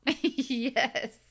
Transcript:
Yes